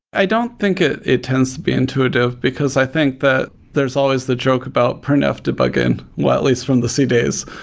i don't think it tends to be intuitive, because i think that there's always the joke about print of debugging. well, at least in the c days.